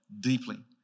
deeply